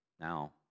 Now